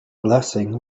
blessing